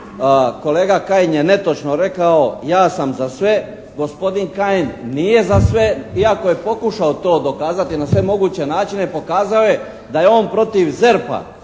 Kolega Kajin je netočno rekao ja sam za sve, gospodin Kajin nije za sve iako je pokušao to dokazati na sve moguće načine i pokazao je da je on protiv ZERP-a.